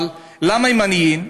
אבל למה הם עניים?